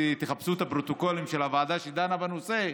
תחפשו את הפרוטוקולים של הוועדה שדנה בנושא,